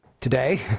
Today